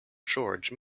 george